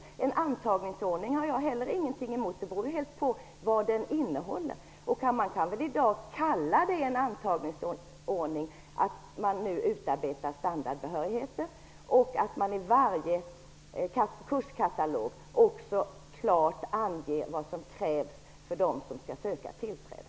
Jag har inte heller någonting emot en antagningsordning, men det beror helt på vad den innehåller. Man kan väl kalla det för en antagningsordning att man nu utarbetar standardbehörigheter och att man i varje kurskatalog också klart anger vad som gäller för dem som skall söka tillträde.